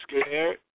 scared